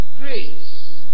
grace